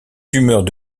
tumeurs